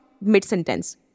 mid-sentence